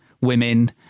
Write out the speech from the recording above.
women